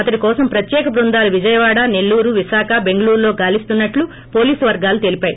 అతడి కోసం ప్రత్యేక బృందాలు విజయవాడ సెల్లూరు విశాఖ బెంగళూరులో గాలిస్తున్నట్లు పోలీస్ వర్గాలు తెలిపాయి